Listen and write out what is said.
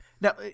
Now